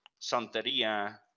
Santeria